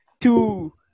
two